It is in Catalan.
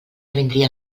vindria